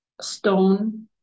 stone